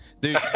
Dude